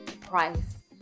price